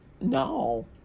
no